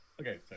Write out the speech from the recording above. okay